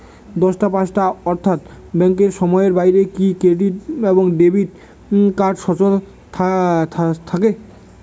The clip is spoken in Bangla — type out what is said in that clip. দশটা পাঁচটা অর্থ্যাত ব্যাংকের সময়ের বাইরে কি ক্রেডিট এবং ডেবিট কার্ড সচল থাকে?